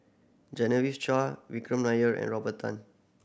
Genevieve Chua Vikram Nair and Robert Tan